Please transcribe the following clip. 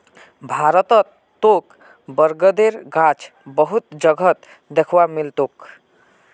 भारतत तोके बरगदेर गाछ बहुत जगहत दख्वा मिल तोक